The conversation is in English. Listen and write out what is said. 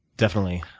definitely.